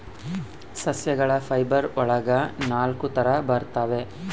ಸಸ್ಯಗಳ ಫೈಬರ್ ಒಳಗ ನಾಲಕ್ಕು ತರ ಬರ್ತವೆ